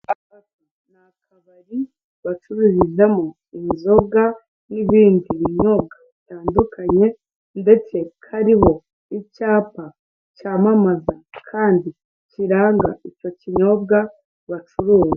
Ni akabari bacururizamo inzoga n'ibindi binyobwa bitandukanye ndetse kariho icyapa cyamamaza kandi kiranga icyo kinyobwa bacuruza.